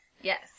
Yes